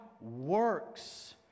works